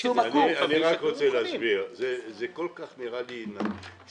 אני רוצה להסביר, מה שאתה אומר נראה לי טבעי,